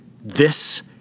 This